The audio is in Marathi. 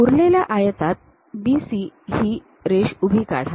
उरलेल्या आयतात BC हे रेष उभी काढा